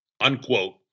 Unquote